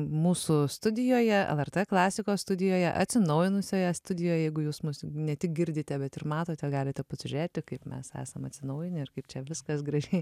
mūsų studijoje lrt klasikos studijoje atsinaujinusioje studijoje jeigu jūs mus ne tik girdite bet ir matote galite pasižiūrėti kaip mes esam atsinaujinę ir kaip čia viskas gražiai